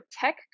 tech